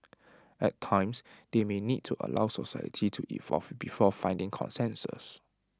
at times they may need to allow society to evolve before finding consensus